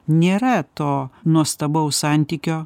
nėra to nuostabaus santykio